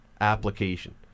application